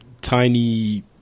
tiny